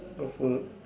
good food